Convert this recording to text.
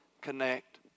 connect